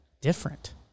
different